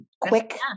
quick